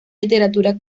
literatura